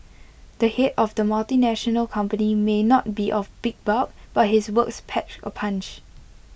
the Head of the multinational company may not be of big bulk but his words patch A punch